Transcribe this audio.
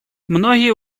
многие